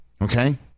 Okay